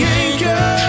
anchor